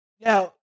Now